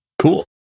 cool